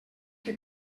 que